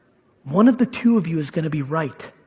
one of the two of you is gonna be right.